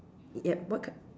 yup what k~